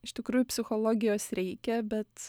iš tikrųjų psichologijos reikia bet